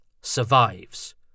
survives